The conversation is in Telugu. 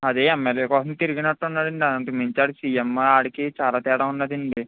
అదే ఎంఎల్ఏ కోసం తిరిగినట్టున్నాడండి అంతకుమించి వాడికి సీఎం వాడికి చాలా తేడా ఉన్నాదండి